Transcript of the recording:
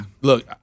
Look